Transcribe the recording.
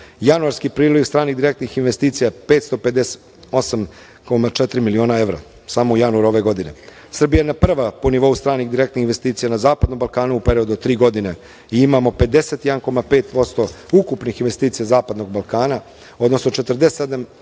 Januarski priliv direktnih stranih investicija 558,4 miliona evra, samo u januaru ove godine. Srbija je prva po nivou stranih direktnih investicija na Zapadnom Balkanu u periodu od tri godine i imamo 51,5% ukupnih investicija Zapadnog Balkana, odnosno 47,1%